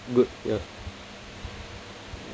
good ya